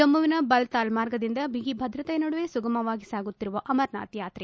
ಜಮ್ಮವಿನ ಬಲ್ತಾಲ್ ಮಾರ್ಗದಿಂದ ಬಿಗಿ ಭದ್ರತೆ ನಡುವೆ ಸುಗಮವಾಗಿ ಸಾಗುತ್ತಿರುವ ಅಮರನಾಥ ಯಾತ್ರೆ